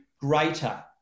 greater